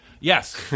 yes